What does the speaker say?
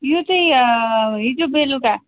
यो चाहिँ हिजो बेलुका